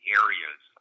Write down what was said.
areas